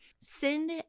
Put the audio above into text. send